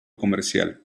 comercial